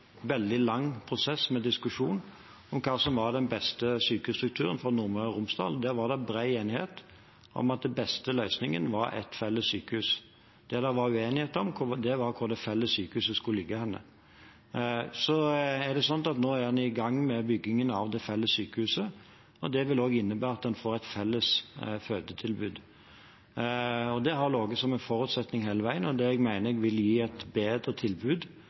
veldig lang prosess med diskusjon om hva som var den beste sykehusstrukturen for Nordmøre og Romsdal. Der var det bred enighet om at den beste løsningen var ett felles sykehus. Det det var uenighet om, var hvor det felles sykehuset skulle ligge. Nå er en i gang med byggingen av det felles sykehuset, og det vil også innebære at en får et felles fødetilbud. Det har ligget som en forutsetning hele veien, og det mener jeg vil gi et bedre tilbud